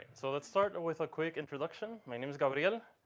so let's start with a quick introduction my name is gabriel,